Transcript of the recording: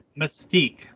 Mystique